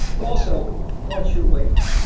also, watch your weight.